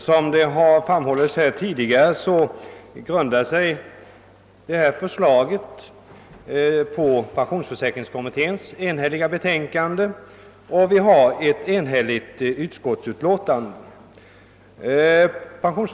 Herr talman! Som framhållits här tidigare grundar sig det föreliggande förslaget på pensionsförsäkringskommitténs enhälliga betänkande, och även utskottsutlåtandet är enhälligt. Pensions.